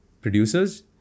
producers